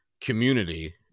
community